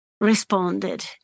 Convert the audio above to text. responded